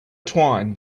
twine